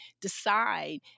decide